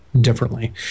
Differently